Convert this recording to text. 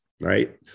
right